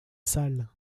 sale